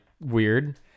weird